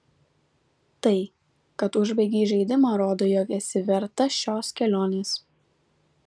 tai kad užbaigei žaidimą rodo jog esi verta šios kelionės